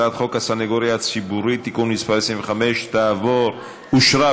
חוק הסנגוריה הציבורית (תיקון מס' 25) (הסתייעות